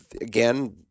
again